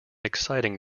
exciting